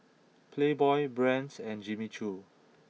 Playboy Brand's and Jimmy Choo